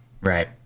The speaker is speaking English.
Right